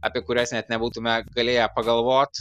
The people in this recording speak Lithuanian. apie kurias net nebūtume galėję pagalvot